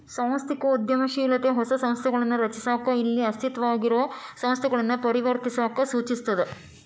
ಸಾಂಸ್ಥಿಕ ಉದ್ಯಮಶೇಲತೆ ಹೊಸ ಸಂಸ್ಥೆಗಳನ್ನ ರಚಿಸಕ ಇಲ್ಲಾ ಅಸ್ತಿತ್ವದಾಗಿರೊ ಸಂಸ್ಥೆಗಳನ್ನ ಪರಿವರ್ತಿಸಕ ಸೂಚಿಸ್ತದ